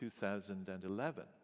2011